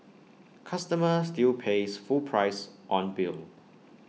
customer still pays full price on bill